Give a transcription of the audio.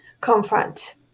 confront